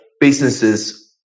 businesses